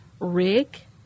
Rick